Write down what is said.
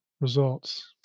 results